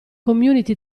community